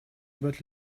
but